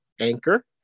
Anchor